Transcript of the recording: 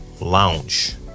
lounge